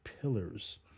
pillars